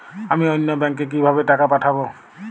আমি অন্য ব্যাংকে কিভাবে টাকা পাঠাব?